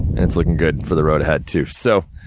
and it's looking good for the road ahead too. so,